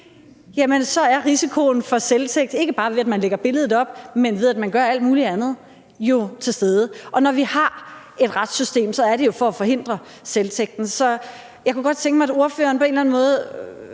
så er risikoen for selvtægt, ikke bare ved at man lægger billedet op, men ved at man gør alt muligt andet, jo til stede. Og når vi har et retssystem, er det jo for at forhindre selvtægt. Så jeg kunne godt tænke mig, at ordføreren på en eller anden måde